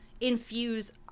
infuse